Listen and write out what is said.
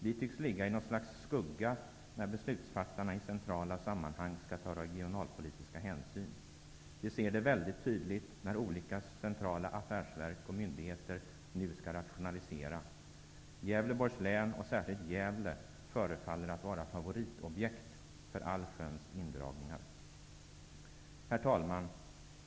Vi tycks ligga i något slags skugga när beslutsfattarna i centrala sammanhang skall ta regionalpolitiska hänsyn. Vi ser det mycket tydligt när olika centrala affärsverk och myndigheter nu skall rationalisera. Gävleborgs län, och särskilt Gävle, förefaller att vara favoritobjekt för allsköns indragningar. Herr talman!